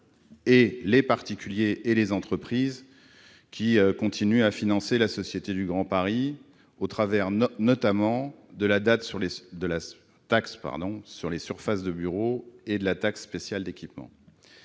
particuliers et entreprises, qui continuent à financer la Société du Grand Paris, au travers notamment de la taxe sur les surfaces de bureaux et de la taxe spéciale d'équipement.